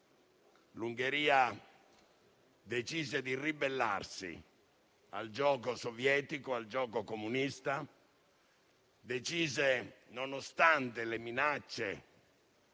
l'Ungheria decise di ribellarsi al giogo sovietico comunista e, nonostante le minacce